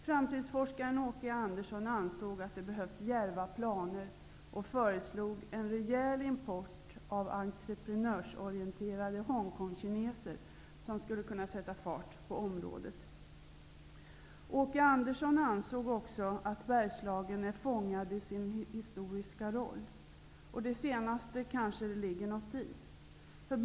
Framtidsforskaren Åke E Andersson ansåg att det behövs djärva planer och föreslog en rejäl import av entreprenörsorienterade Hongkongkineser som skulle kunna sätta fart på området. Åke E Andersson ansåg också att Bergslagen är fångad i sin historiska roll. Det kanske ligger något i det.